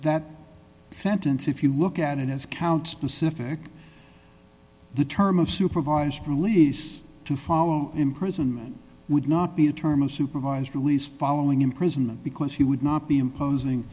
that sentence if you look at it as count pacific the term of supervised release to follow in prison would not be a term of supervised release following imprisonment because he would not be imposing